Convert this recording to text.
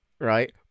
right